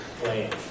playing